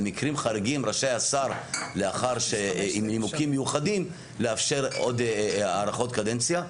במקרים חריגים רשאי השר עם נימוקים מיוחדים לאפשר עוד הארכות קדנציה.